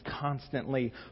constantly